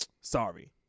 Sorry